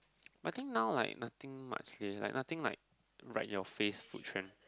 I think now like nothing much leh nothing like right in your face food trend